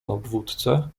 obwódce